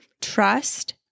trust